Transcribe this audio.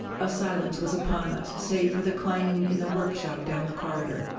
a silence was upon us save for the clanging in the workshop down the corridor.